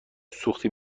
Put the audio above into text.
سوختی